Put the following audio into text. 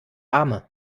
arme